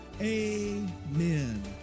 Amen